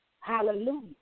Hallelujah